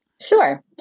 Sure